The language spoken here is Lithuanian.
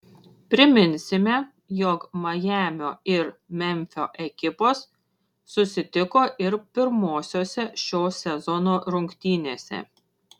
priminsime jog majamio ir memfio ekipos susitiko ir pirmosiose šio sezono rungtynėse